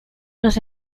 nos